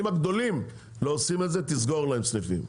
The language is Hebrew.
אם הגדולים לא עושים את זה תסגור להם סניפים.